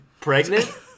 Pregnant